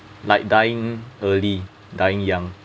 like dying early dying young